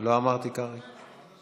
לא אמרתי "קרעי".